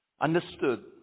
understood